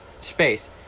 space